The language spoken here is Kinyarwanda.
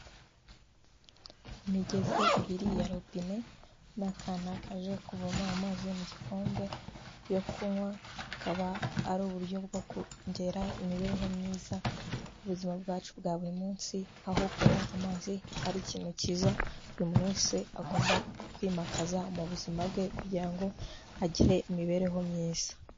Imigezi ibiri ya robine n'akana kaje kuvoma amazi mu gikombe yo kunywa, akaba ari uburyo bwo kongera imibereho myiza ku buzima bwacu bwa buri munsi aho kunywa amazi ari ikintu kiza buri wese agomba kwimakaza mu buzima bwe kugira ngo agire imibereho myiza.